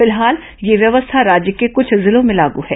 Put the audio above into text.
फिलहाल यह व्यवस्था राज्य के कुछ जिलों में लाग है